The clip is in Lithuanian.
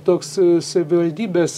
toks savivaldybės